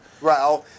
Right